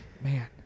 Man